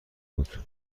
بود